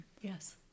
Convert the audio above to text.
Yes